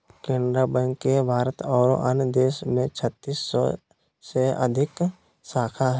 Canara bank के भारत आरो अन्य देश में छत्तीस सौ से अधिक शाखा हइ